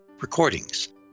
recordings